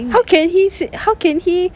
how can he say how can he